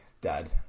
dad